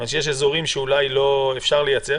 נשמח לשמוע את עמדת משרד הבריאות על זה.